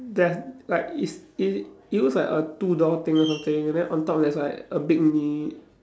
there's like it's it it looks like a two door thing or something and then on top there's like a big